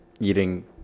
eating